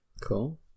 Cool